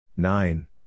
Nine